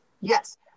Yes